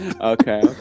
okay